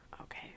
okay